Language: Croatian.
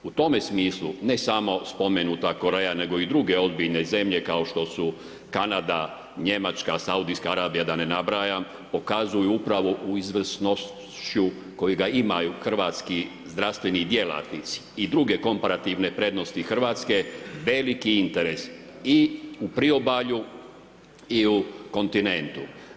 U tome smislu ne samo spomenuta Koreja nego i druge ozbiljne zemlje kao što su Kanada, Njemačka, Saudijska Arabija, da ne nabrajam, pokazuju upravo u izvrsnošću kojega imaju hrvatski zdravstveni djelatnici i druge komparativne prednosti Hrvatske, veliki interes i u priobalju i u kontinentu.